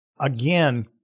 Again